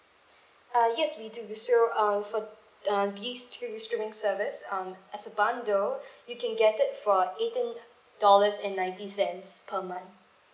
uh yes we do so uh for uh these two streaming service um as a bundle you can get it for eighteen dollars and ninety cents per month